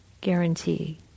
guarantee